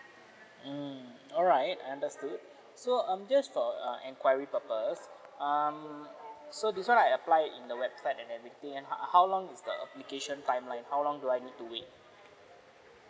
mm alright I understood so um just for uh enquiry purpose um so this one I apply in the website and everything and how how long is the application timeline how long do I need to wait